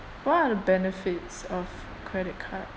what are the benefits of credit card